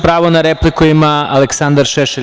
Pravo na repliku ima Aleksandar Šešelj.